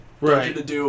right